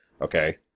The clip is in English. Okay